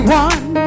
one